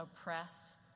oppress